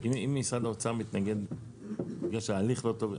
אם משרד האוצר מתנגד בגלל שההליך לא טוב,